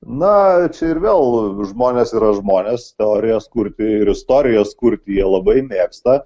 na čia ir vėl žmonės yra žmonės teorijas kurti ir istorijas kurti jie labai mėgsta